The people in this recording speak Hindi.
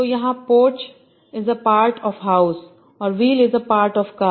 तो यहाँ porch is a part of house और wheel is a part of car